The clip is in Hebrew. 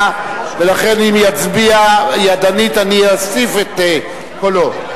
ולכן אם יצביע ידנית אני אוסיף את קולו.